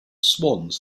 swans